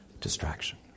Distraction